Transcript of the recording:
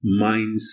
mindset